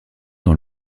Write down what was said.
dans